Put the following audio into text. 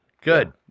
Good